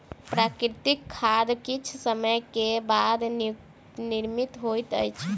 प्राकृतिक खाद किछ समय के बाद निर्मित होइत अछि